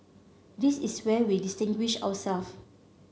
this is where we distinguish ourselves